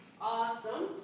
Awesome